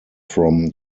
from